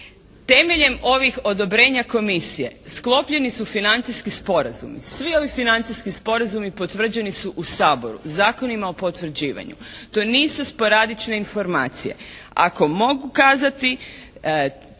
Temeljem ovih odobrenja komisije sklopljeni su financijski sporazumi. Svi ovi financijski sporazumi potvrđeni su u Saboru zakonima o potvrđivanju. To nisu sporadične informacije. Ako mogu kazati